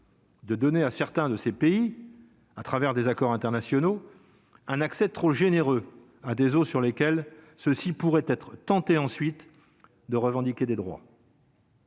De donner à certains de ces pays à travers des accords internationaux un accès trop généreux des hauts sur lesquels ceux-ci pourraient être tenté ensuite de revendiquer des droits.